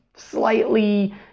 slightly